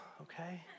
okay